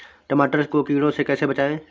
टमाटर को कीड़ों से कैसे बचाएँ?